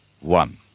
one